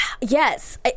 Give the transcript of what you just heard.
yes